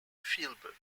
freiburg